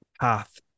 path